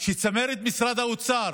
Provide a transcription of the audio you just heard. שצמרת משרד האוצר